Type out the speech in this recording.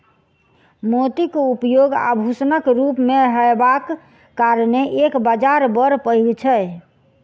मोतीक उपयोग आभूषणक रूप मे होयबाक कारणेँ एकर बाजार बड़ पैघ छै